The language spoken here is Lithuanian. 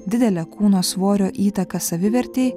didelė kūno svorio įtaka savivertei